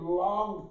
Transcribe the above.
long